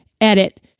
edit